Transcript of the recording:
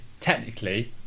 technically